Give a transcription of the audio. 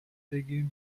بگیریم